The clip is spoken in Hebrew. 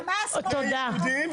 חמאס מפעיל אותם.